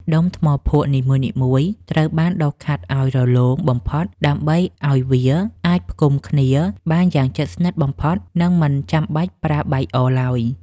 ដុំថ្មភក់នីមួយៗត្រូវបានដុសខាត់ឱ្យរលោងបំផុត ដើម្បីឱ្យវាអាចផ្គុំគ្នាបានយ៉ាងជិតស្និទ្ធបំផុត និង មិនចាំបាច់ប្រើបាយអឡើយ។